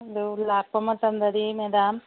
ꯑꯗꯨ ꯂꯥꯛꯄ ꯃꯇꯝꯗꯗꯤ ꯃꯦꯗꯥꯝ